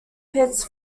pits